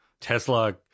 Tesla